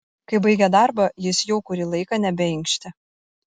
kai baigė darbą jis jau kurį laiką nebeinkštė